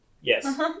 Yes